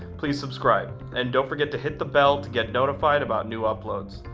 please subscribe. and don't forget to hit the bell to get notified about new uploads.